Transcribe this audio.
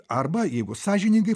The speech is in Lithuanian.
arba jeigu sąžiningai